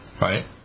right